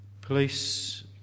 police